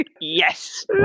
Yes